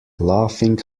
laughing